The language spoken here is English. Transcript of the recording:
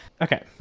okay